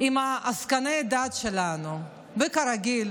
עם עסקני הדת שלנו, וכרגיל,